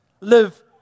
Live